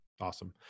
Awesome